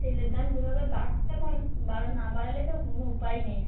তেলের দাম যেভাবে বাড়ছে এখন বাড়া না বাড়ালে তো কোনো উপায় নেই